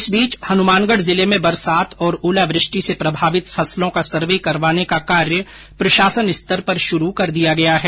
इस बीच हनुमानगढ़ जिले में बरसात और ओलावृष्टि से प्रभावित फसलों का सर्वे करवाने का कार्य प्रशासन स्तर पर शुरू कर दिया गया है